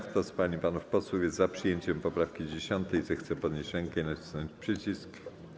Kto z pań i panów posłów jest za przyjęciem poprawki 10., zechce podnieść rękę i nacisnąć przycisk.